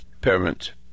parent